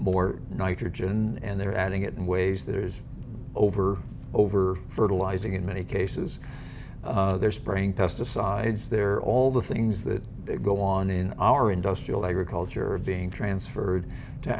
more nitrogen and they're adding it in ways that is over over fertilizing in many cases they're spraying pesticides there are all the things that go on in our industrial agriculture are being transferred to